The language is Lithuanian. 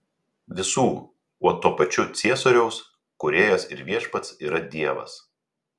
visų o tuo pačiu ciesoriaus kūrėjas ir viešpats yra dievas